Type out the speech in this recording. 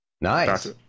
Nice